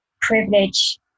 privilege